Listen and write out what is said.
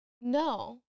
No